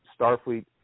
Starfleet